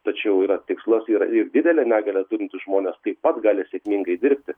tačiau yra tikslas yra ir didelę negalią turintys žmonės taip pat gali sėkmingai dirbti